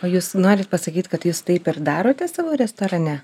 o jūs norit pasakyt kad jūs taip ir darote savo restorane